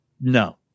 no